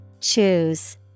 Choose